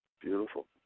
Beautiful